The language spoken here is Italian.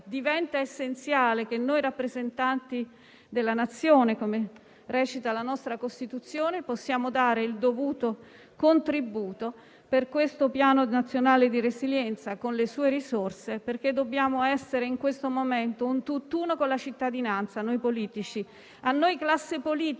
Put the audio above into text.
è essenziale che noi rappresentanti della Nazione, come recita la nostra Costituzione, possiamo dare il dovuto contributo al citato Piano nazionale di resilienza, con le sue risorse. Noi politici dobbiamo essere in questo momento un tutt'uno con la cittadinanza. A noi classe politica